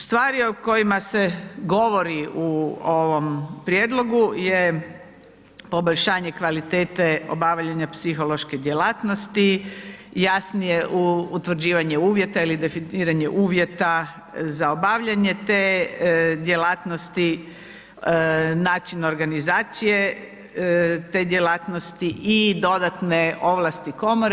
Stvari o kojima se govori u ovom prijedlogu je poboljšanje kvalitete obavljanja psihološke djelatnosti, jasnije utvrđivanje uvjeta ili definiranje uvjeta za obavljanje te djelatnosti, način organizacije te djelatnosti i dodatne ovlasti komore.